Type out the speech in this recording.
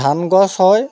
ধান গছ হয়